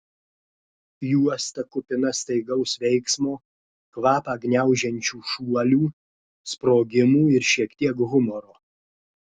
juosta kupina staigaus veiksmo kvapą gniaužiančių šuolių sprogimų ir šiek tiek humoro